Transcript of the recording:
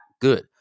good